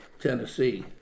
Tennessee